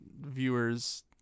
viewers